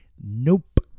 nope